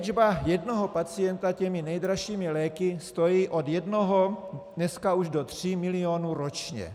Léčba jednoho pacienta těmi nejdražšími léky stojí od jednoho dneska už do tří milionů ročně.